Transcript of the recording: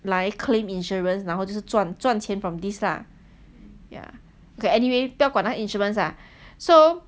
来 claim insurance 然后就是赚赚钱 from this lah ya K anyway 不要管那个 insurance ah so